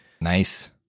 Nice